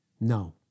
No